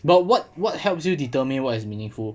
but what what helps you determine what is meaningful